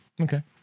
Okay